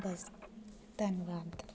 बस धन्नबाद